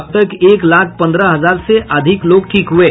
अब तक एक लाख पन्द्रह हजार से अधिक लोग ठीक हुये